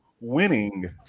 winning